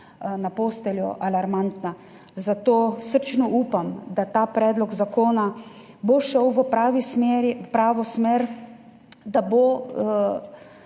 na posteljo alarmantno. Zato srčno upam, da bo ta predlog zakona šel v pravo smer, da bo